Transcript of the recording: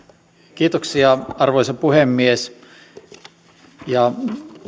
kiitoksia arvoisa puhemies